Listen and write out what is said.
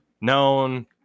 known